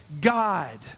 God